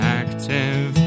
active